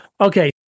Okay